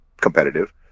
competitive